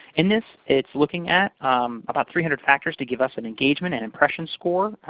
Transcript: and this it's looking at about three hundred factors to give us and engagement and impression score.